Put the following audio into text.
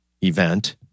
event